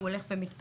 והוא הולך ומתפתח,